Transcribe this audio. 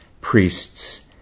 priests